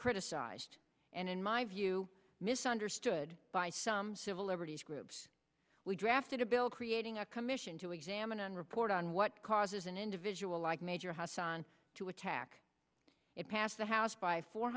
criticized and in my view misunderstood by some civil liberties groups we drafted a bill creating a commission to examine and report on what causes an individual like major hasan to attack it passed the house by four